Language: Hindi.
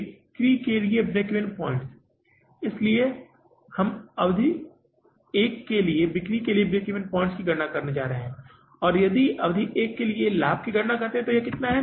बिक्री के लिए ब्रेक इवन पॉइंट्स इसलिए हम अवधि एक के लिए बिक्री के लिए ब्रेक इवन पॉइंट्स की गणना करने जा रहे हैं और यदि आप अवधि एक के लिए लाभ की गणना करते हैं तो यह कितना है